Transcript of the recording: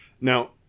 Now